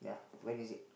when is it